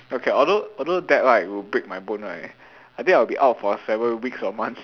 okay although although that right would break my bone right I think I'll be out for seven weeks or months